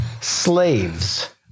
Slaves